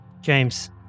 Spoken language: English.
James